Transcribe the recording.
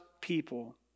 people